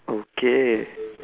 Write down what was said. okay